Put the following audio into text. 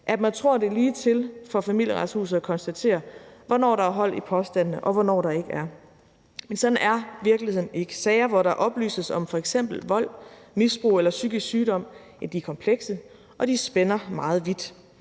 Man tror, det er ligetil for Familieretshuset at konstatere, hvornår der er hold i påstandene, og hvornår der ikke er. Men sådan er virkeligheden ikke. Sager, i hvilke der oplyses om f.eks. vold, misbrug eller psykisk sygdom, er komplekse, og de spænder meget vidt.